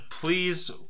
please